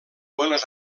buenos